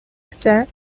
chcę